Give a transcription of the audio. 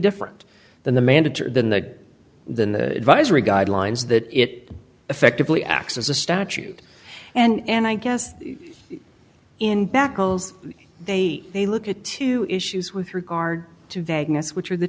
different than the manager than that than the advisory guidelines that it effectively acts as a statute and i guess in backhoes they they look at two issues with regard to vagueness which are the